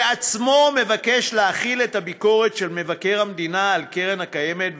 בעצמו מבקש להחיל את הביקורת של מבקר המדינה על קרן הקיימת,